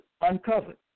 uncovered